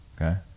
Okay